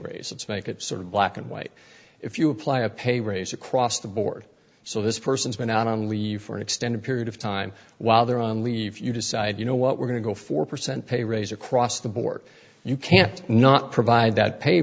it's make it sort of black and white if you apply a pay raise across the board so this person's been out on leave for an extended period of time while they're on leave you decide you know what we're going to go four percent pay raise across the board you can't not provide that pay